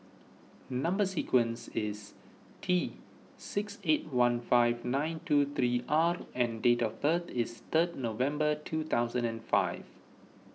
Number Sequence is T six eight one five nine two three R and date of birth is third November two thousand and five